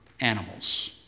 animals